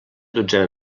dotzena